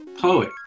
poet